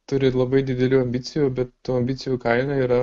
turi labai didelių ambicijų bet tų ambicijų kaina yra